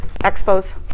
Expos